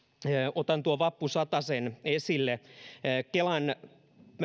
otan tuon vappusatasen esille kelan